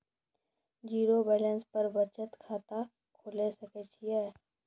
Zero balance पर बचत खाता खोले सकय छियै?